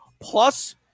plus